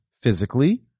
physically